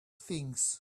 things